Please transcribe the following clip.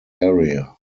area